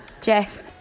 Jeff